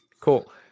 Cool